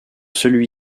celui